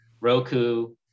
Roku